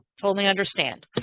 totally understand.